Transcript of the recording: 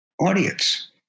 audience